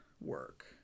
work